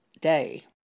day